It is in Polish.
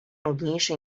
nudniejsze